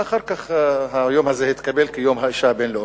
אחר כך היום הזה התקבל כיום האשה הבין-לאומי.